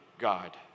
God